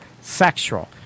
sexual